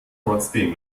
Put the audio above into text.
trotzdem